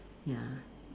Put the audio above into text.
ya